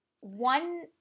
One